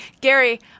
gary